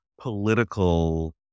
political